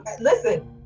listen